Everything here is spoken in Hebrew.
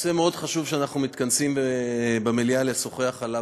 נושא מאוד חשוב שאנחנו מתכנסים במליאה לשוחח עליו